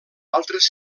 altres